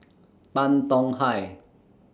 Tan Tong Hye